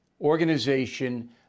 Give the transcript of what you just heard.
organization